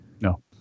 No